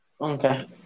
Okay